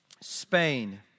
Spain